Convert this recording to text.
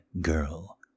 girl